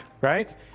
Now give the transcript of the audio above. right